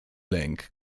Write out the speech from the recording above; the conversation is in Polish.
lęk